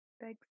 thanks